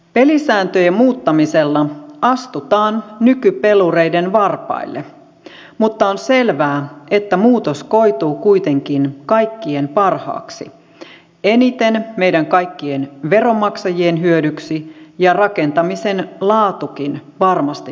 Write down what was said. pelisääntöjen muuttamisella astutaan nykypelureiden varpaille mutta on selvää että muutos koituu kuitenkin kaikkien parhaaksi eniten meidän kaikkien veronmaksajien hyödyksi ja rakentamisen laatukin varmasti paranee